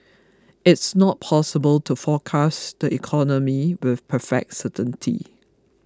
it's not possible to forecast the economy with perfect certainty